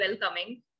welcoming